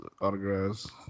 autographs